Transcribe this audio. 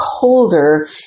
colder